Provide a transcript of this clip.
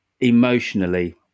emotionally